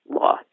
law